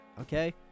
okay